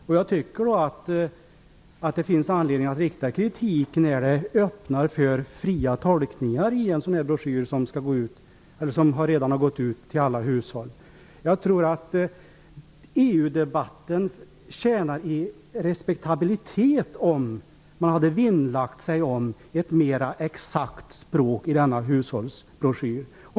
Och det finns anledning att rikta kritik när det finns öppning för fria tolkningar i en broschyr som skall gå ut till alla hushåll - och som dessutom redan gått ut. EU-debatten tjänar i respektabilitet om man hade vinnlagt sig om ett mer exakt språk i denna hushållsbroschyr.